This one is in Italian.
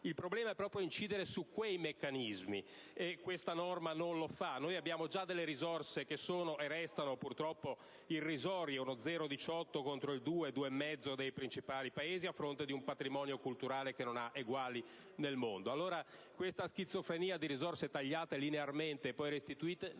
il problema è proprio incidere su quei meccanismi. Questa norma non lo fa. Noi destiniamo già delle risorse che sono, e restano, irrisorie, pari allo 0,18 per cento del PIL, contro il 2-2,5 dei principali Paesi europei, a fronte di un patrimonio culturale che non ha eguali nel mondo. Questa schizofrenia di risorse tagliate linearmente e poi restituite